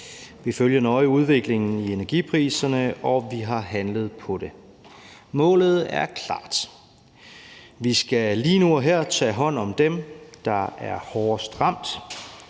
Vi følger nøje udviklingen i energipriserne, og vi har handlet på det. Målet er klart: Vi skal lige nu og her tage hånd om dem, der er hårdest ramt.